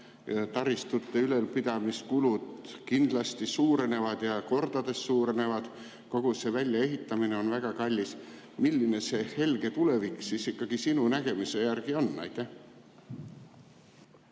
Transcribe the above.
taristute ülalpidamiskulud kindlasti suurenevad, kordades suurenevad, kogu see väljaehitamine on väga kallis. Milline see helge tulevik siis ikkagi sinu nägemuses on? Aitäh!